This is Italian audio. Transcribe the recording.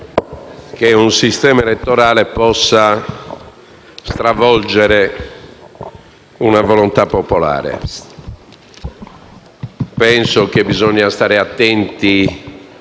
che un sistema elettorale possa stravolgere una volontà popolare. Penso che bisogna stare attenti